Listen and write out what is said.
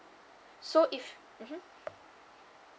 so if mmhmm